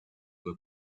were